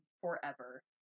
forever